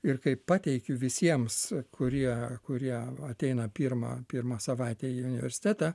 ir kai pateikiu visiems kurie kurie ateina pirmą pirmą savaitę į universitetą